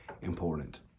important